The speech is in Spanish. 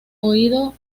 oídos